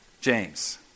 James